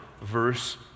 verse